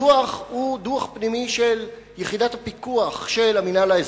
הדוח הוא דוח פנימי של יחידת הפיקוח של המינהל האזרחי,